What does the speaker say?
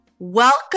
Welcome